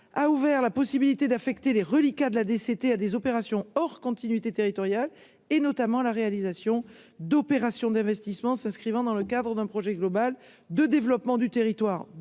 a ouvert la possibilité d'affecter les reliquats de la DCT à des opérations hors continuité territoriale et notamment la réalisation d'opérations d'investissement s'inscrivant dans le cadre d'un projet global de développement du territoire